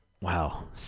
Wow